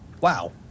Wow